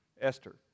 Esther